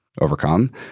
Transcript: overcome